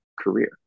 career